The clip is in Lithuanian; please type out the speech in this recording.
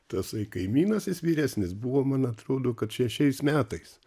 tasai kaimynas jis vyresnis buvo man atrodo kad šešiais metais